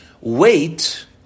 Wait